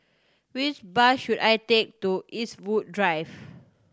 which bus should I take to Eastwood Drive